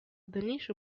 дальнейший